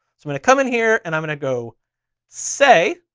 i'm gonna come in here and i'm gonna go say,